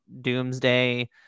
doomsday